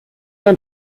man